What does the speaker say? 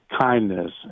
kindness